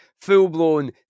full-blown